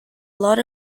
lot